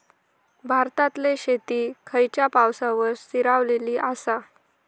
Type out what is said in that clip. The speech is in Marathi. भारतातले शेती खयच्या पावसावर स्थिरावलेली आसा?